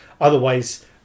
Otherwise